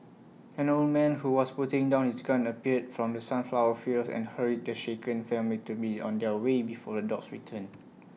an old man who was putting down his gun appeared from the sunflower fields and hurried the shaken family to be on their way before the dogs return